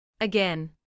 Again